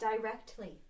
Directly